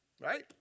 Right